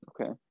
Okay